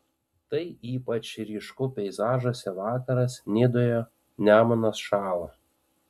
tai ypač ryšku peizažuose vakaras nidoje nemunas šąla